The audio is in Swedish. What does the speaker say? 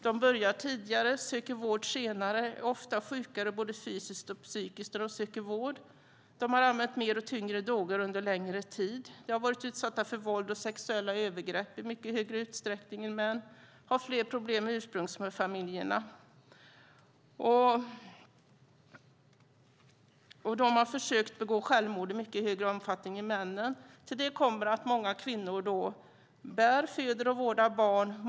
De börjar tidigare, söker vård senare och är ofta sjukare både fysiskt och psykiskt då de söker vård. De har använt mer och tyngre droger under längre tid. De har varit utsatta för våld och sexuella övergrepp i mycket högre utsträckning än män. De har fler problem med ursprungsfamiljerna. De har försökt begå självmord i mycket högre omfattning än män. Till det kommer att många kvinnor bär, föder och vårdar barn.